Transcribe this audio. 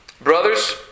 Brothers